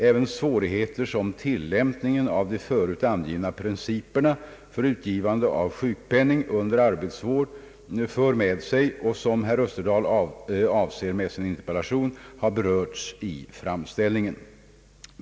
Även svårigheter som tillämpningen av de förut angivna principerna för utgivande av sjukpenning under arbetsvård för med sig och som herr Österdahl avser med sin interpellation har berörts i framställningen.